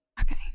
Okay